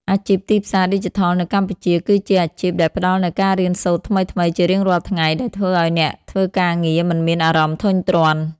អាជីពទីផ្សារឌីជីថលនៅកម្ពុជាគឺជាអាជីពដែលផ្តល់នូវការរៀនសូត្រថ្មីៗជារៀងរាល់ថ្ងៃ ដែលធ្វើឱ្យអ្នកធ្វើការងារមិនមានអារម្មណ៍ធុញទ្រាន់។